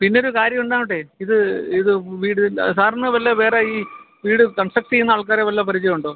പിന്നൊരു കാര്യം ഇത് ഇത് വീട് സാറിന് വല്ല വേറെ ഈ വീട് കണ്സ്ട്രക്ട് ചെയ്യുന്ന ആള്ക്കാരെ വല്ലതും പരിചയമുണ്ടോ